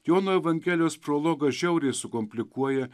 jono evangelijos prologas žiauriai sukomplikuoja